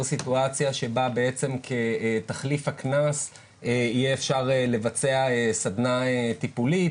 סיטואציה שבה בעצם כתחליף לקנס יהיה אפשר לבצע סדנה טיפולית,